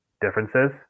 differences